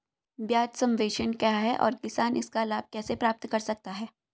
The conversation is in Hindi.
ब्याज सबवेंशन क्या है और किसान इसका लाभ कैसे प्राप्त कर सकता है?